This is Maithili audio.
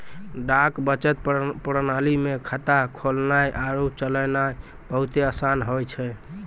डाक बचत प्रणाली मे खाता खोलनाय आरु चलैनाय बहुते असान होय छै